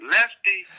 Lefty